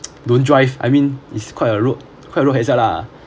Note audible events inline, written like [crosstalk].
[noise] don't drive I mean it's quite road quite a road hazard lah